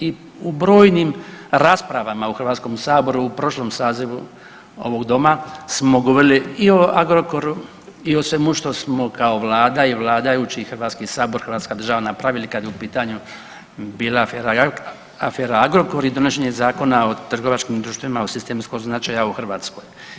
I u brojnim raspravama u Hrvatskom saboru u prošlom sazivu ovog doma smo govorili i o Agrokoru i o svemu što smo kao vlada i vladajući i Hrvatski sabor i hrvatska država napravili kad je u pitanju bila afera, afera Agrokor i donošenje zakona o trgovačkim društvima od sistemskog značaja u Hrvatskoj.